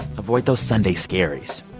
avoid those sunday scaries.